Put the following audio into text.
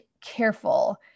careful